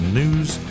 news